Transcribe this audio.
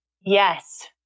Yes